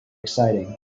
exciting